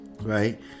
right